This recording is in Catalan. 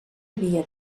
havia